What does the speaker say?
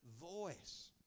voice